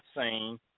seen